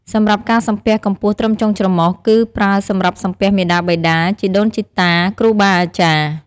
សម្រាប់ការសំពះកម្ពស់ត្រឹមចុងច្រមុះ គឺប្រើសម្រាប់សំពះ មាតាបិតា ជីដូនជីតា គ្រូបាអាចារ្យ។